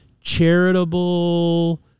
charitable